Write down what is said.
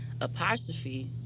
apostrophe